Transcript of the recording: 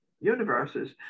universes